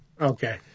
Okay